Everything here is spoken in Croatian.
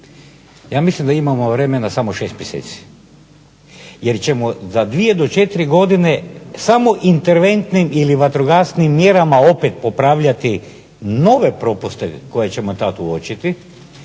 Ja mislim da imamo vremena samo 6 mjeseci, jer ćemo za 2 do 4 godine samo interventnim ili vatrogasnim mjerama opet popravljati nove propuste koje ćemo tad uočiti,